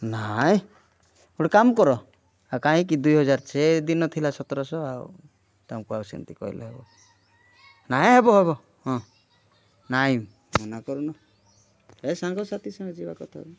ନାଇଁ ଗୋଟେ କାମ କର ଆଉ କାହିଁକି ଦୁଇ ହଜାର ସେ ଦିନ ଥିଲା ସତରଶହ ଆଉ ତାଙ୍କୁ ଆଉ ସେମିତି କହିଲେ ହେବ ନାଇଁ ହେବ ହେବ ହଁ ନାଇଁ ମନା କରୁନ ଏ ସାଙ୍ଗ ସାଥୀ ସହ ଯିବା କଥା